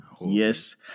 Yes